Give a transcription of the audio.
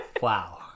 Wow